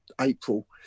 April